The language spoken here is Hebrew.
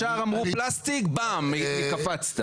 ישר אמרו פלסטיק ובום קפצת.